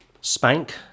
spank